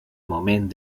moment